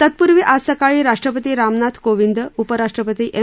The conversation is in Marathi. तत्पूर्वी आज सकाळी राष्ट्रपती रामनाथ कोविंद उपराष्ट्रपती एम